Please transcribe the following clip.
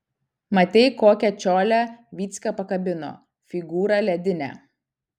matei kokią čiolę vycka pakabino figūra ledinė